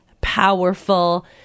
powerful